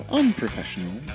unprofessional